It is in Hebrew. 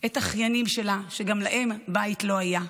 את האחיינים שלה, שגם להם בית לא היה,